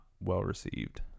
well-received